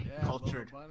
cultured